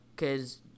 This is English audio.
Cause